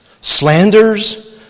slanders